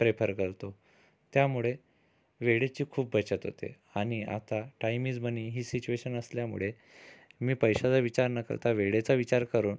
prefer करतो त्यामुळे वेळेची खूप बचत होते आणि आता टाईम इज मनी ही सिच्युएशन असल्यामुळे मी पैशाचा विचार न करता वेळेचा विचार करून